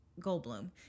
Goldblum